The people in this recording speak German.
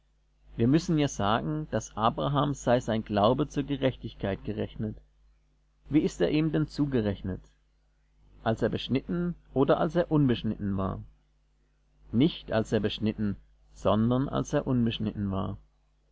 wir müssen ja sagen daß abraham sei sein glaube zur gerechtigkeit gerechnet wie ist er ihm denn zugerechnet als er beschnitten oder als er unbeschnitten war nicht als er beschnitten sondern als er unbeschnitten war